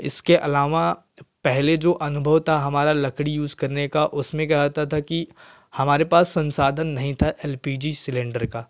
इसके अलावा पहले जो अनुभव था हमारा लकड़ी यूज करने का उसमें क्या होता था कि हमारे पास संसाधन नहीं था एल पी जी सिलिन्डर का